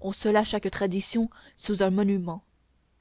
on scella chaque tradition sous un monument